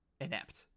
inept